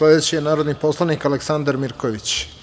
Reč ima narodni poslanik, Aleksandar Mirković.